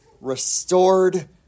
restored